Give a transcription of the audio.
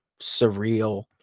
surreal